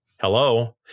Hello